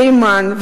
בתימן,